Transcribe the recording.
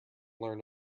learn